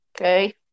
Okay